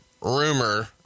rumor